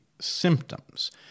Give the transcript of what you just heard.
symptoms